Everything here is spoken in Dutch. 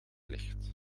licht